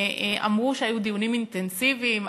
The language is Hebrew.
אמרו שהיו דיונים אינטנסיביים,